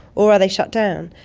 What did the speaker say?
or are they shut down?